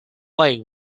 leg